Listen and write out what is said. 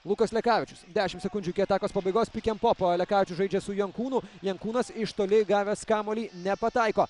lukas lekavičius dešimt sekundžių iki atakos pabaigos pikenpopą lekavičius žaidžia su jankūnu jankūnas iš toli gavęs kamuolį nepataiko